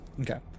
Okay